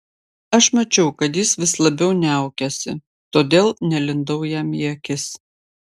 aš mačiau kad jis vis labiau niaukiasi todėl nelindau jam į akis